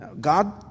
God